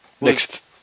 next